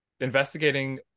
investigating